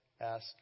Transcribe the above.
ask